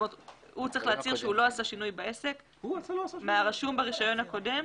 הוא צריך להצהיר שהוא לא עשה שינוי בעסק מהרשום ברישיון הקודם?